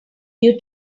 due